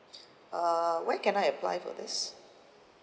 uh when can I apply for this